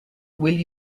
will